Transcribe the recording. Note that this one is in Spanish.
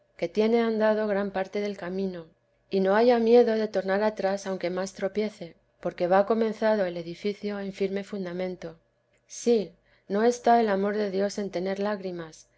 que tiene andado gran parte del camino y no haya miedo de tornar atrás aunque más tropiece porque va comenzado el edificio en firme fundamento sí que no está el amor de dios en tener lágrimas